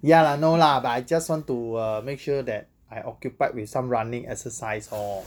ya lah no lah but I just want to uh make sure that I occupied with some running exercise lor